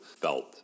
felt